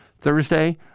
Thursday